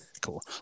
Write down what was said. cool